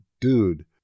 Dude